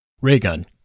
Raygun